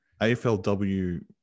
AFLW